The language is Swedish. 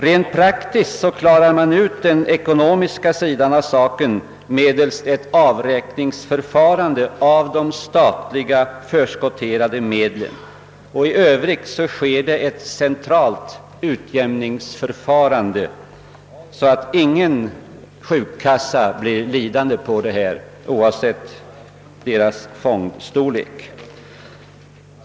Rent praktiskt klarar man nu den ekonomiska sidan av saken medelst en avräkning av de statliga förskotterade medlen, och i övrigt sker det ett centralt utiämningsförfarande, så att ingen sjukkassa blir lidande, oavsett fondstorleken.